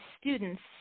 students